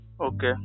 Okay